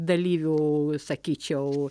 dalyvių sakyčiau